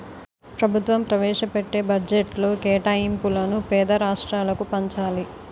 ప్రభుత్వం ప్రవేశపెట్టే బడ్జెట్లో కేటాయింపులను పేద రాష్ట్రాలకు పంచాలి